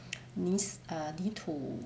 this err 泥土